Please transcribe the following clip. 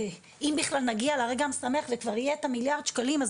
בכלל נגיע לרגע המשמח וכבר יהיה את המיליארד שקלים,